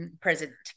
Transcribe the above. president